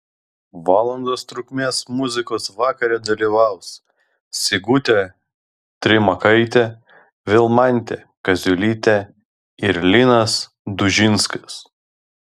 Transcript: valandos trukmės muzikos vakare dalyvaus sigutė trimakaitė vilmantė kaziulytė ir linas dužinskas